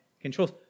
controls